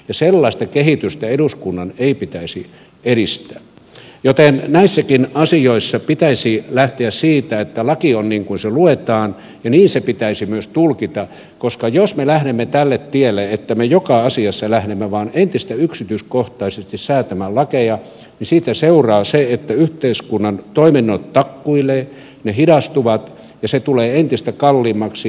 sellaista kehitystä eduskunnan ei pitäisi edistää joten näissäkin asioissa pitäisi lähteä siitä että laki on niin kuin se luetaan ja niin se pitäisi myös tulkita koska jos me lähdemme tälle tielle että me joka asiassa lähdemme vain entistä yksityiskohtaisemmin säätämään lakeja niin siitä seuraa se että yhteiskunnan toiminnot takkuilevat ne hidastuvat ja se tulee entistä kalliimmaksi